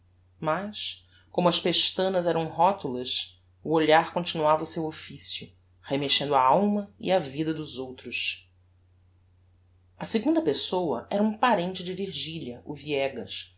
mas como as pestanas eram rotulas o olhar continuava o seu officio remexendo a alma e a vida dos outros a segunda pessoa era um parente de virgilia o viegas